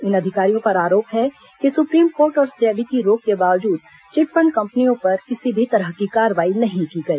इन अधिकारियों पर आरोप है कि सुप्रीम कोर्ट और सेबी की रोक के बावजूद चिटफंड कंपनी पर किसी भी तरह की कार्रवाई नहीं की गई